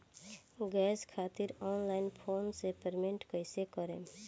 Gas खातिर online phone से payment कैसे करेम?